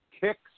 kicks